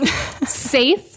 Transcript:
safe